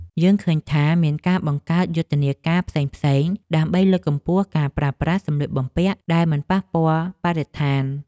យើងឃើញថាមានការបង្កើតយុទ្ធនាការផ្សេងៗ ដើម្បីលើកកម្ពស់ការប្រើប្រាស់សម្លៀកបំពាក់ដែលមិនប៉ះពាល់បរិស្ថាន។